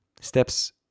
steps